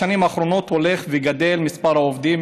בשנים האחרונות הולך וגדל מספר העובדים